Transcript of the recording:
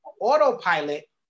Autopilot